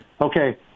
okay